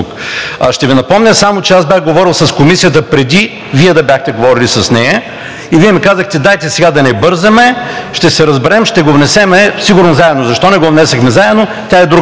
Ще Ви напомня, че аз бях говорил с Комисията, преди Вие да бяхте говорили с нея, и Вие ми казахте: дайте сега да не бързаме, ще се разберем, ще го внесем сигурно заедно. Защо не го внесохме заедно, е друга тема.